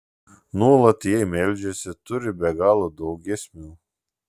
nuolat jai meldžiasi turi be galo daug giesmių